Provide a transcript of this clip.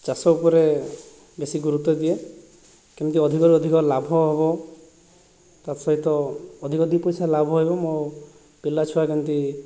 ଚାଷ ଉପରେ ବେଶୀ ଗୁରୁତ୍ଵ ଦିଏ କେମିତି ଅଧିକରୁ ଅଧିକ ଲାଭ ହେବ ତତ୍ ସହିତ ଅଧିକ ଦୁଇପଇସା ଲାଭ ହେବ ମୋ ପିଲା ଛୁଆ କେମିତି